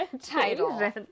title